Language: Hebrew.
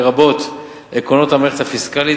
לרבות עקרונות המערכת הפיסקלית,